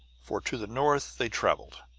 for to the north they traveled,